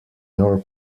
your